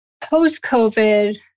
post-COVID